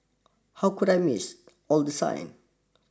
how could I missed all the signs